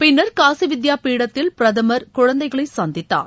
பின்னர் காசி வித்யா பீடத்தில் பிரதமர் குழந்தைகளை சந்தித்தார்